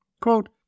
Quote